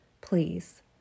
Please